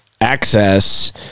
access